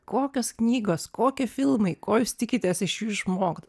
kokios knygos kokie filmai ko jūs tikitės iš jų išmokt